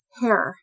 hair